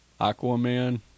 Aquaman